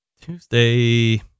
tuesday